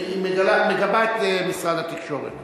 היא מגבה את משרד התקשורת.